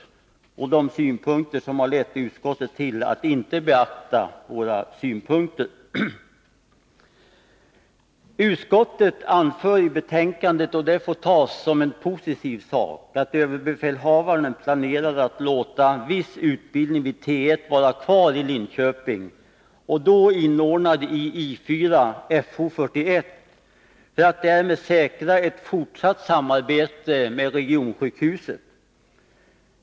Utskottet borde ha redovisat vad som föranlett utskottet att inte beakta våra synpunkter. Utskottet anför i betänkandet — och det får tas som en positiv sak — att överbefälhavaren planerar att låta viss utbildning vid T1 vara kvar i Linköping och då inordnad i I 4/FO 41 för att därmed säkra ett fortsatt samarbete med regionsjukhuset.